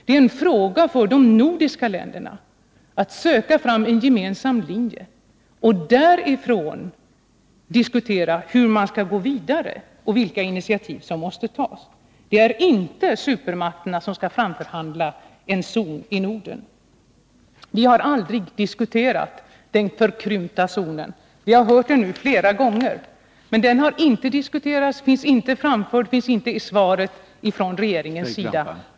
Det är en fråga för de nordiska länderna att söka få fram en gemensam linje och därifrån diskutera hur man skall gå vidare och vilka initiativ som måste tas. Det är inte supermakterna som skall framförhandla en zon i Norden. Vi har aldrig diskuterat den förkrympta zonen. Vi har hört om den nu flera gånger, men den har inte diskuterats eller förts fram, och den finns inte med i 6 svaret från regeringen.